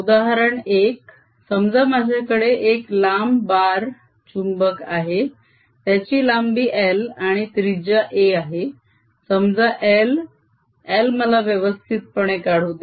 उदाहरण एक समजा माझ्याकडे एक लांब बार चुंबक आहे त्याची लांबी L आणि त्रिजा a आहे समजा L L मला व्यवस्थित पणे काढू दे